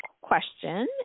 question